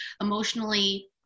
emotionally